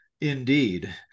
indeed